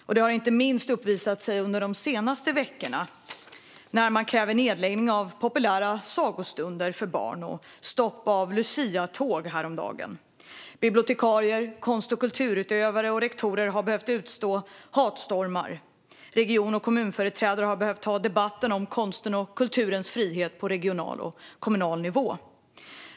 Detta har inte minst visat sig under de senaste veckorna, då Sverigedemokraterna har krävt nedläggning av populära sagostunder för barn och stopp för luciatåg häromdagen. Bibliotekarier, konst och kulturutövare och rektorer har måst utstå hatstormar. Region och kommunföreträdare har behövt ta debatten om konstens och kulturens frihet på regional och kommunal nivå.